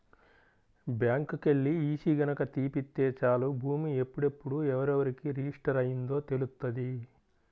బ్యాంకుకెల్లి ఈసీ గనక తీపిత్తే చాలు భూమి ఎప్పుడెప్పుడు ఎవరెవరికి రిజిస్టర్ అయ్యిందో తెలుత్తది